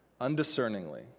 undiscerningly